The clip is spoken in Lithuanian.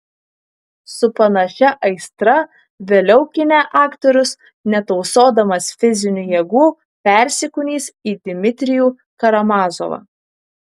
su panašia aistra vėliau kine aktorius netausodamas fizinių jėgų persikūnys į dmitrijų karamazovą